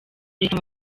leta